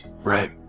Right